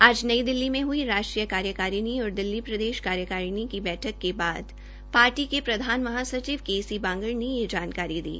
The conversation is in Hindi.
आज नई दिल्ली में हई राष्ट्रीय कार्यकारिणी और दिल्ली प्रदेश कार्यकारिणी की बैठक के बाद पार्टी के प्रधान महासचिव के सी बांगड़ ने यह जानकारी दी